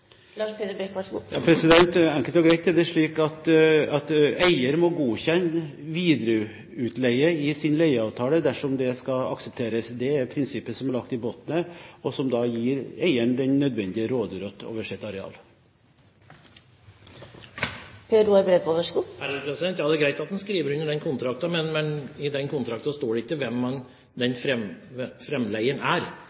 Enkelt og greit er det slik at eier må godkjenne videreutleie i sin leieavtale dersom det skal aksepteres. Det er det prinsippet som ligger i bunnen, og som gir eieren den nødvendige råderett over sitt areal. Ja, det er greit at en skriver under kontrakten, men i den kontrakten står det ikke hvem framleieren er. Det burde være slik at den